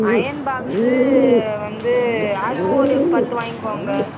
iron box வந்து அதுவும் ஒரு பத்து வாங்கிக்கோங்க